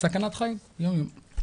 סכנת חיים, יום-יום.